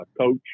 coach